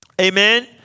Amen